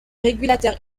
régulateur